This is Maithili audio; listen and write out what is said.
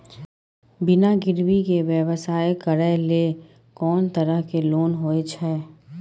बिना गिरवी के व्यवसाय करै ले कोन तरह के लोन होए छै?